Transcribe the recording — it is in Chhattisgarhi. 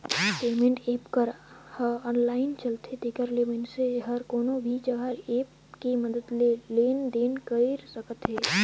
पेमेंट ऐप ह आनलाईन चलथे तेखर ले मइनसे हर कोनो भी जघा ऐप के मदद ले लेन देन कइर सकत हे